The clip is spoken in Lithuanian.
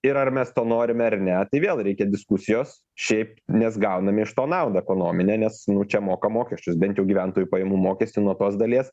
ir ar mes to norime ar ne tai vėl reikia diskusijos šiaip nes gauname iš to naudą ekonominę nes nu čia moka mokesčius bent jau gyventojų pajamų mokestį nuo tos dalies